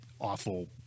awful